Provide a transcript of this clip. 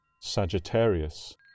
Sagittarius